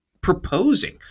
proposing